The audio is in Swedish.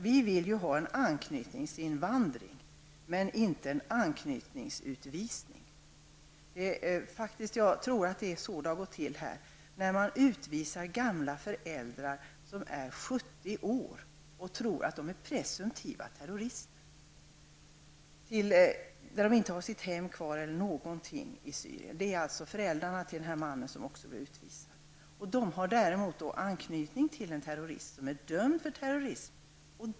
Vi vill ha en anknytningsinvandring, men inte en anknytningsutvisning. Jag tror faktiskt att det är på det viset det har gått till i detta fall när man utvisar gamla föräldrar som är 70 år för att man tror att de är presumtiva terrorister. Och de har inte sitt hem eller något annat kvar i Syrien. Det är alltså fråga om föräldrarna till den man som också blev utvisad. De har däremot anknytning till en terrorist som är dömd för terrorism.